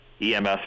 EMS